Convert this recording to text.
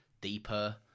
deeper